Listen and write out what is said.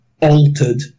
altered